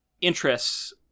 interests